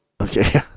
okay